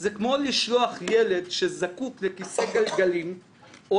זה כמו לשלוח ילד שזקוק לכיסא גלגלים או